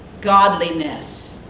Godliness